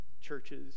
churches